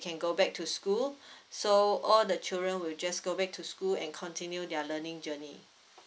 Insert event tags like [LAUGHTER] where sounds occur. can go back to school [BREATH] so all the children will just go back to school and continue their learning journey